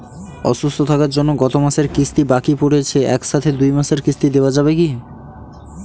অসুস্থ থাকার জন্য গত মাসের কিস্তি বাকি পরেছে এক সাথে দুই মাসের কিস্তি দেওয়া যাবে কি?